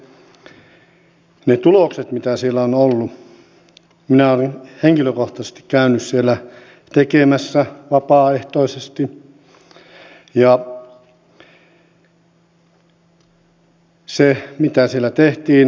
muutenkin ne tulokset mitä siellä on ollut minä olen henkilökohtaisesti käynyt siellä tekemässä vapaaehtoisesti ja se mitä siellä tehtiin